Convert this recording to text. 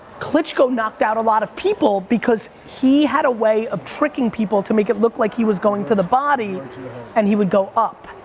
klitschko knocked out a lot of people because he had a way of tricking people to make it look like he was going to the body and and he would go up.